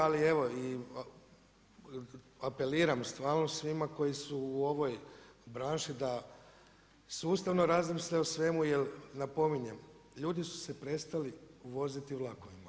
Ali apeliram stvarno svima koji su u ovoj branši da sustavno razmisle o svemu jel napominjem, ljudi su se prestali voziti vlakovima.